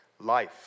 life